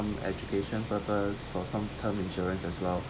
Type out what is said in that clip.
education purpose for some term insurance as well